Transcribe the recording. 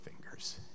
fingers